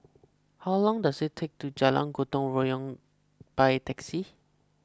how long does it take to Jalan Gotong Royong by taxi